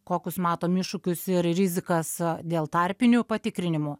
kokius matom iššūkius ir rizikas dėl tarpinių patikrinimų